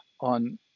on